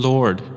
Lord